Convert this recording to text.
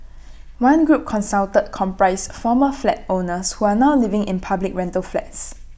one group consulted comprised former flat owners who are now living in public rental flats